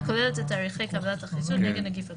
הכוללת את תאריכי קבלת החיסון נגד נגיף הקורונה,